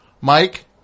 Mike